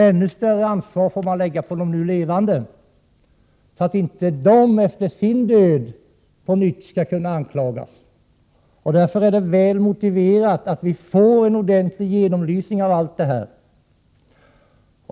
Ännu större ansvar får man lägga på de nu levande för att inte de efter sin död på nytt skall kunna anklagas. Därför är det väl motiverat att vi får en ordentlig genomlysning av allt det här.